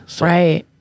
Right